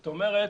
זאת אומרת